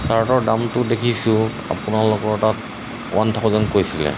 চাৰ্টৰ দামটো দেখিছোঁ আপোনালোকৰ তাত ওৱান থাউজেণ্ড কৈছিলে